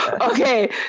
Okay